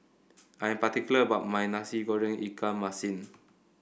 I'm particular about my Nasi Goreng Ikan Masin